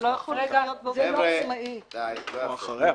או אחריה?